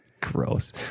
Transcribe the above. Gross